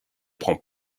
prends